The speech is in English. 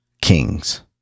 kings